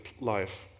life